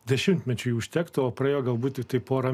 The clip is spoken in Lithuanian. dešimtmečiui užtektų o praėjo galbūt tik porą